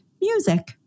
music